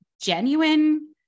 genuine